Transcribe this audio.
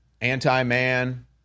anti-man